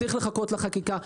צריך לחכות לחקיקה.